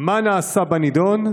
המודיעין,